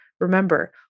Remember